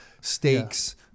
stakes